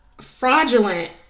fraudulent